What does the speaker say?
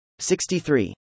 63